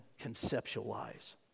conceptualize